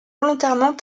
volontairement